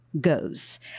goes